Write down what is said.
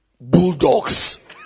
bulldogs